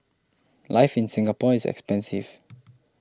life in Singapore is expensive